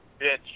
bitch